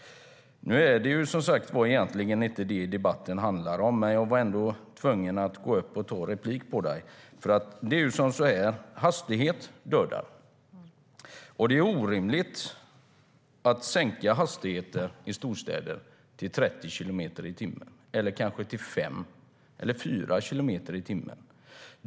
Nu handlar debatten som sagt egentligen inte om det, men jag var ändå tvungen att gå upp och ta replik på dig, Karin Svensson Smith. Hastighet dödar, men det är orimligt att sänka hastigheten i storstäder till 30 kilometer i timmen eller kanske till 5 eller 4 kilometer i timmen.